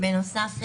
בנוסף,